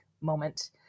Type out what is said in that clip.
moment